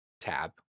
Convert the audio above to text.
tab